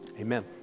amen